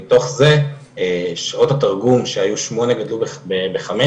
ומתוך זה שעות התרגום שהיו שמונה גדלו בחמש.